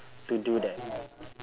to do there